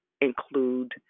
include